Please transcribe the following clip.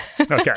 Okay